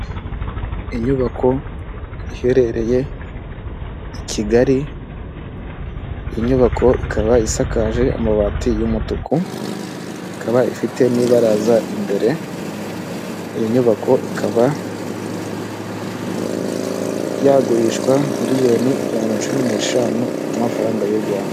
Inyubako iherereye i Kigali inyubako ikaba isakaje amabati y'umutuku, ikaba ifite n'ibaraza imbere. Iyi nyubako ikaba yagurishwa miriyoni ijana na cumi n'eshanu z'amafaranga y'urwanda.